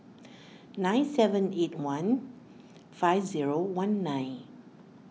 nine seven eight one five zero one nine